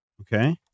okay